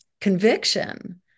conviction